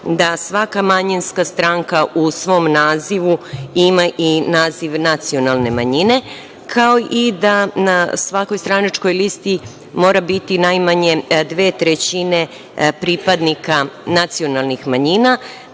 da svaka manjinska stranka u svom nazivu ima i naziv nacionalne manjine, kao i da na svakoj stranačkoj listi mora biti najmanje dve trećine pripadnika nacionalnih manjina,